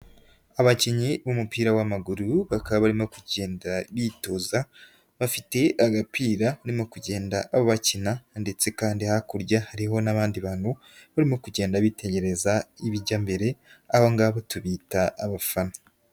Abakinnyi b'umupira w'amaguru bakaba barimo kugenda bitoza, bafite agapira barimo kugenda bakina ndetse kandi hakurya hariho n'abandi bantu barimo kugenda bitegereza ibijya mbere, abongabo tubita abafana.